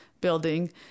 building